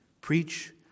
Preach